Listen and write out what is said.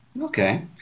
Okay